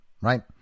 right